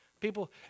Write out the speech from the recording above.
people